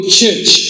church